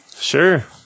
Sure